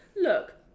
look